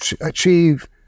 achieve